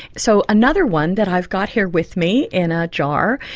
so another one that i've got here with me in a jar,